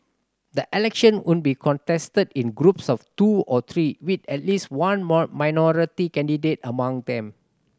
the election would be contested in groups of two or three with at least one minority candidate among them